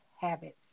habits